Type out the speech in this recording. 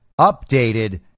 updated